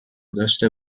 داشته